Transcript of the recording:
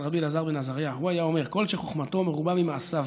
של רבי אלעזר בן עזריה: "הוא היה אומר: כל שחוכמתו מרובה ממעשיו,